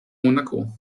monaco